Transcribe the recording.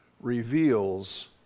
reveals